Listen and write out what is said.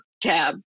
tab